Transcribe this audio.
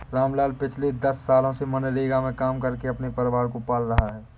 रामलाल पिछले दस सालों से मनरेगा में काम करके अपने परिवार को पाल रहा है